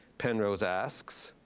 penrose asks,